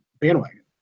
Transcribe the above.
bandwagon